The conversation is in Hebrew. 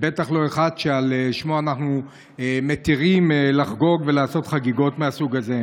ובטח לא אחד שעל שמו אנחנו מתירים לחגוג ולעשות חגיגות מהסוג הזה.